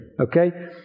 okay